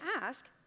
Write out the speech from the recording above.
ask